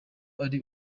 ari